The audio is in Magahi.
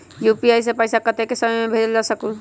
यू.पी.आई से पैसा कतेक समय मे भेजल जा स्कूल?